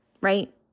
right